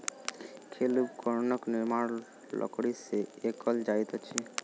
खेल उपकरणक निर्माण लकड़ी से कएल जाइत अछि